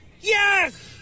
Yes